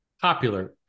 popular